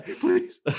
please